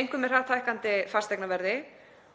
einkum með hratt hækkandi fasteignaverði,